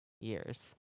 years